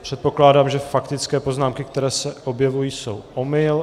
Předpokládám, že faktické poznámky, které se objevují, jsou omyl.